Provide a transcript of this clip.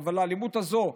אבל לאלימות הזו,